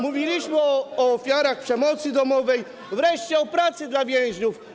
Mówiliśmy o ofiarach przemocy domowej, wreszcie o pracy dla więźniów.